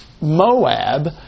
Moab